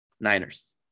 Niners